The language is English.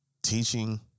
Teaching